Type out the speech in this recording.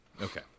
Okay